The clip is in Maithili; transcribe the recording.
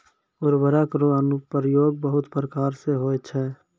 उर्वरक रो अनुप्रयोग बहुत प्रकार से होय छै